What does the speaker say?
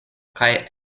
kaj